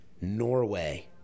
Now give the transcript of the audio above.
Norway